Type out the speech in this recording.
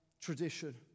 Tradition